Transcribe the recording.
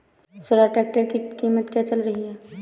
Swaraj tractor की कीमत क्या चल रही है?